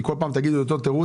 כי כל פעם תגידו אותו תירוץ,